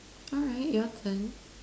alright your turn